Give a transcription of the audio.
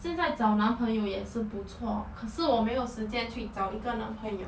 现在找男朋友也是不错可是我没有时间去找一个男朋友